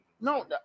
No